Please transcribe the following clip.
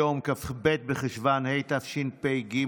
היום כ"ב בחשוון התשפ"ג,